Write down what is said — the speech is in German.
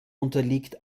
unterliegt